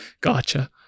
gotcha